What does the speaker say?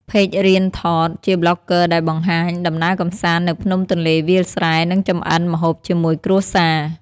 ផេករៀន ថត ជាប្លុកហ្គើដែលបង្ហាញដំណើរកម្សាន្តនៅភ្នំទន្លេវាលស្រែ និងចម្អិនម្ហូបជាមួយគ្រួសារ។